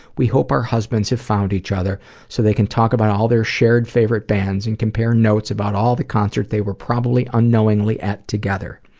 we hope our husbands have found each other so they can talk about all their shared favorite bands and compare notes about all the concerts they were probably unknowingly at together.